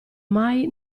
mai